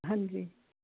ਹਾਂਜੀ